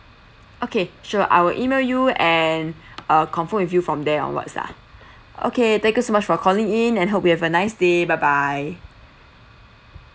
okay sure I will email you and uh confirm with you from there onwards lah okay thank you so much for calling in and hope you have a nice day bye bye